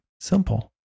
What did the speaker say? simple